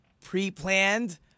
pre-planned